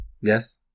Yes